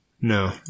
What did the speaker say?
No